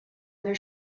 their